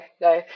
no